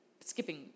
skipping